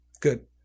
good